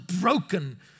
broken